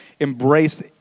embraced